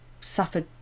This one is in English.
suffered